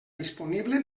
disponible